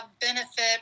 benefit